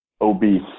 obese